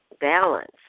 balance